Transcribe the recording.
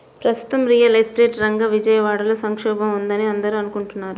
ప్రస్తుతం real estate రంగం విజయవాడలో సంక్షోభంలో ఉందని అందరూ అనుకుంటున్నారు